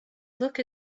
look